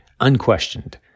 unquestioned